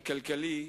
הכלכלי.